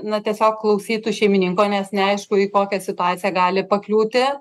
na tiesiog klausytų šeimininko nes neaišku į kokią situaciją gali pakliūti